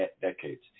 decades